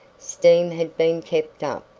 steam had been kept up,